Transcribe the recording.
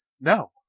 No